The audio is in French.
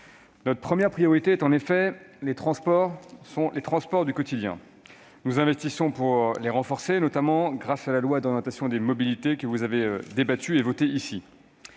Notre première priorité est en effet les transports du quotidien. Nous investissons pour les renforcer, notamment grâce à la loi d'orientation des mobilités. Depuis le début de la